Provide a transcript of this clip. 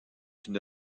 une